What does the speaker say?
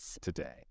today